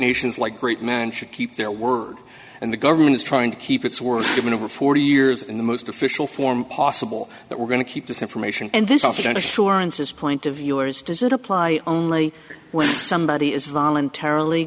nations like great man should keep their word and the government is trying to keep its word given over forty years in the most official form possible that we're going to keep this information and this office and assurances point to viewers does it apply only when somebody is voluntarily